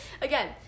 again